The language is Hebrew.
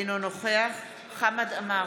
אינו נוכח חמד עמאר,